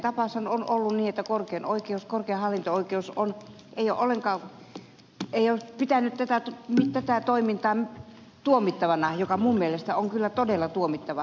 tämmöinen tapaus on ollut eikä korkein oikeus ole ollenkaan pitänyt tätä toimintaa tuomittavana mikä minun mielestäni on kyllä todella tuomittavaa